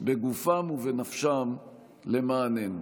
בגופם ובנפשם למעננו.